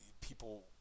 people